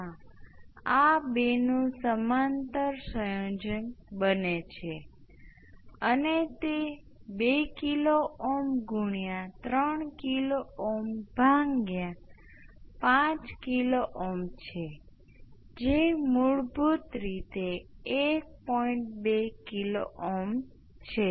આપણે જાણીએ છીએ કે જો તમારી પાસે સર્કિટમાં એકજ ઇન્ડક્ટર હોય તો તે પ્રથમ ઓર્ડર સર્કિટ છે અને સર્કિટનો ટાઈમ કોંસ્ટંટ એ ઇન્ડક્ટર્સનું મૂલ્ય વિભાજિત અવરોધનું મૂલ્ય છે જે તેની આરપાર છે